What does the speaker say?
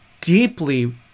deeply